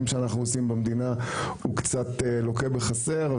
שאנחנו עושים במדינה הוא קצת לוקה בחסר.